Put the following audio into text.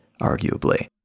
arguably